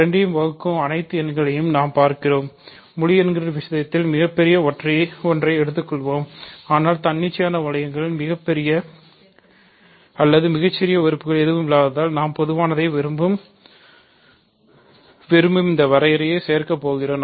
இரண்டையும் வகுக்கும் அனைத்து எண்களையும் நாம் பார்க்கிறோம் முழு எண்களின் விஷயத்தில் மிகப் பெரிய ஒன்றை எடுத்துக்கொள்கிறோம் ஆனால் தன்னிச்சையான வளையங்களில் மிகப்பெரிய அல்லது மிகச்சிறிய உறுப்புகள் எதுவும் இல்லாததால் நாம் பொதுவானதை விரும்பும் இந்த இந்த வரையறையும் சேர்க்க போகிறோம்